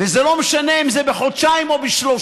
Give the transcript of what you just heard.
וזה לא משנה אם זה בחודשיים או בשלושה,